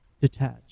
detached